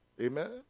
Amen